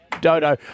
Dodo